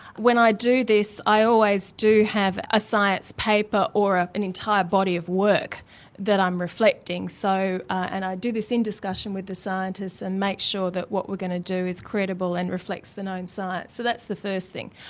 when i do this i always do have a science paper or ah an entire body of work that i'm reflecting, so and i do this in discussion with the scientists and make sure what we're going to do is credible and reflects the known science. so that's the first thing.